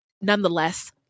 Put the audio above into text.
Nonetheless